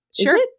Sure